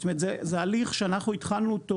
זאת אומרת זה הליך שאנחנו התחלנו אותו